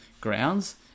grounds